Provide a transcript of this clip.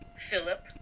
Philip